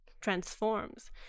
transforms